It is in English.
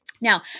Now